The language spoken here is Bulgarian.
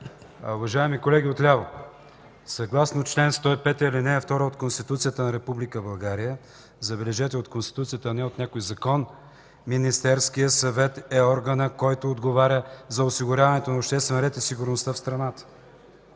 Уважаеми колеги отляво, съгласно чл. 105, ал. 2 от Конституцията на Република България, забележете, от Конституцията, а не от някой закон – Министерският съвет е органът, който отговаря за осигуряването на обществения ред и сигурността в страната.